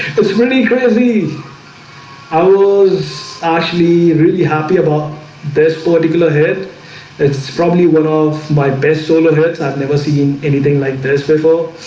that's really crazy i was actually really happy about this particular head and it's probably one of my best solar heads i've never seen anything like this before